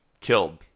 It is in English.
killed